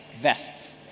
vests